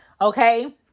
okay